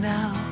now